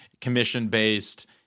commission-based